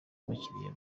abakiliya